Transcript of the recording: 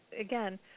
again